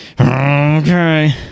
okay